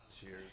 Cheers